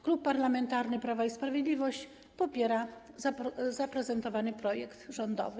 Klub Parlamentarny Prawo i Sprawiedliwość popiera zaprezentowany projekt rządowy.